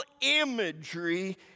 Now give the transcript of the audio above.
imagery